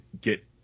get